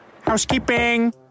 Housekeeping